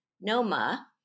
Noma